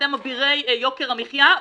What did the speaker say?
אתם אבירי יוקר המחיה,